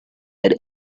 had